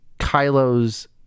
kylo's